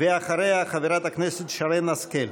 אחריה, חברת הכנסת שרן השכל.